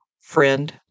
Friend